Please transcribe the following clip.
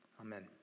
Amen